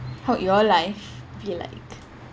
how would your life be like